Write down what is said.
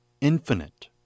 infinite